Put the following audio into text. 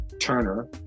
Turner